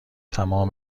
تمام